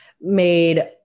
made